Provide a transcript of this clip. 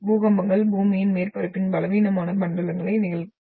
பூகம்பங்கள் பூமியின் மேற்பரப்பின் பலவீனமான மண்டலங்களில் நிகழ்கின்றன